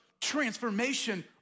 transformation